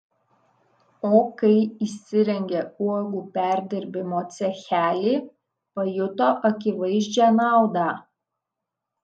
o kai įsirengė uogų perdirbimo cechelį pajuto akivaizdžią naudą